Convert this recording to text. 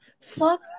Fuck